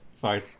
fine